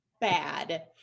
bad